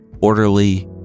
orderly